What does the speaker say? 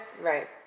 Right